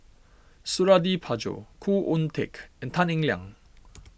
Suradi Parjo Khoo Oon Teik and Tan Eng Liang